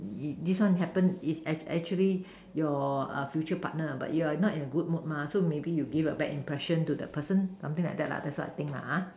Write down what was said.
this this one happen is act~ actually your a future partner but you're not in a good mood mah so maybe you give a bad impression to the person something like that lah that's what I think lah ha